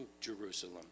Jerusalem